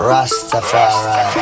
Rastafari